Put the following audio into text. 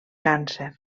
càncer